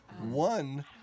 One